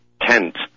tent